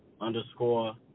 underscore